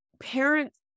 Parents